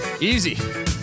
Easy